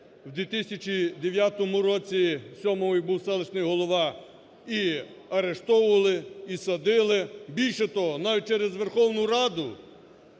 у 2009 році, сьомого, і був селищний голова і арештовували, і садили. Більше того, навіть через Верховну Раду